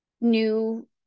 new